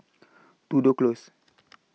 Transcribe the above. Tudor Close